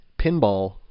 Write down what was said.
pinball